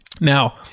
Now